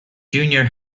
junior